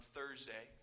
Thursday